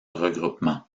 regroupement